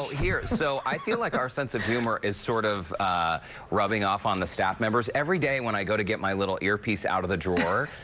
so i feel like our sense of humor is sort of rubbing off on the staff members. every day when i go to get my little earpiece out of the drawer,